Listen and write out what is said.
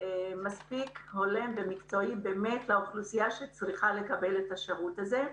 הולם ומקצועי לאוכלוסייה שצריכה לקבל את השירות הזה,